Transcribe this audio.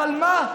אבל מה,